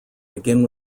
begin